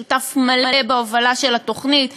והוא שותף מלא בהובלה של התוכנית,